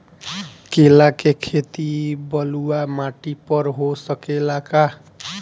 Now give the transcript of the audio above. केला के खेती बलुआ माटी पर हो सकेला का?